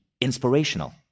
inspirational